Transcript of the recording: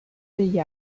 degli